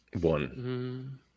One